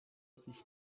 sich